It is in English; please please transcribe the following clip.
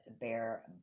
bear